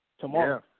Tomorrow